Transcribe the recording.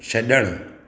छड॒णु